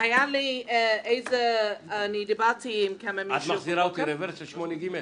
את מחזירה אותי ל-8(ג)?